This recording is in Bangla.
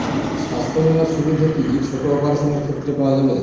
স্বাস্থ্য বীমার সুবিধে কি ছোট অপারেশনের ক্ষেত্রে পাওয়া যাবে?